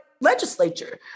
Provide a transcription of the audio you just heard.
legislature